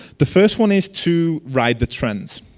the first one is to ride the trends.